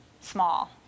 small